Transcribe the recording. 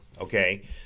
okay